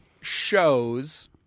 shows